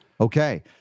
Okay